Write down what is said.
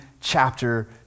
chapter